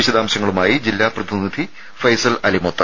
വിശദാംശങ്ങളുമായി ജില്ലാ പ്രതിനിധി ഫൈസൽ അലിമുത്ത്